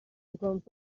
سکانس